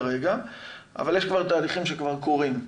אבל יש כבר תהליכים שקורים.